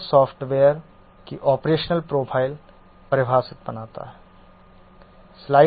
यह सॉफ्टवेयर की operational profile परिभाषा बनाता है